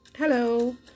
Hello